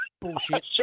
Bullshit